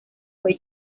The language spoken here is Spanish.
fue